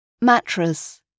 Mattress